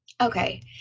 okay